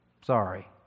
Sorry